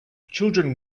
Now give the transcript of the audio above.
children